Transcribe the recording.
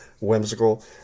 whimsical